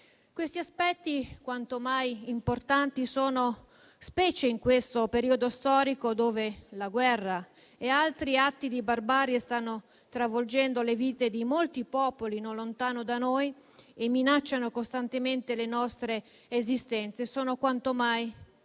Questi aspetti quanto mai importanti, specie nell'attuale periodo storico, dove la guerra e altri atti di barbarie stanno travolgendo le vite di molti popoli non lontano da noi e minacciando costantemente le nostre esistenze, sono quanto mai di vitale